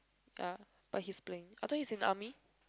ya but he's playing I thought he is in the army